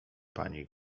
pani